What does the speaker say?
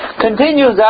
continues